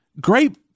great